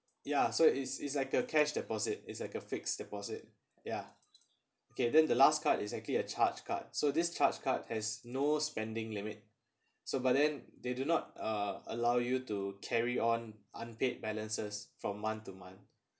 ya so it's it's like a cash deposit it's like a fixed deposit ya K then the last card is actually a charge card so this charge card has no spending limit so but then they do not uh allow you to carry on unpaid balances from month to month